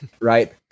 Right